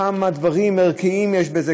כמה דברים ערכיים יש בזה,